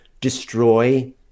destroy